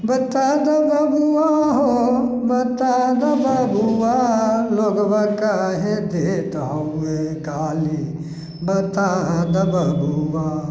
बता दऽ बबुआ हो बता दऽ बबुआ लोगबा काहे देत हमे गाली बता दऽ बबुआ